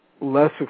less